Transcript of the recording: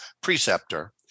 preceptor